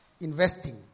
investing